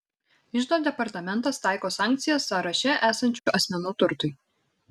iždo departamentas taiko sankcijas sąraše esančių asmenų turtui